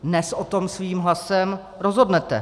Dnes o tom svým hlasem rozhodnete.